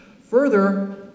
Further